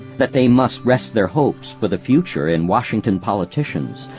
that they must rest their hopes for the future in washington politicians,